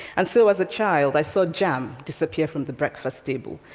and so, as a child, i saw jam disappear from the breakfast table,